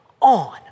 on